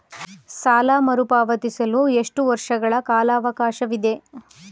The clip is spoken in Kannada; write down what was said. ಸಾಲ ಮರುಪಾವತಿಸಲು ಎಷ್ಟು ವರ್ಷಗಳ ಸಮಯಾವಕಾಶವಿದೆ?